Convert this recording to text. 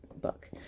book